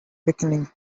bikini